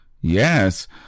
Yes